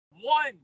one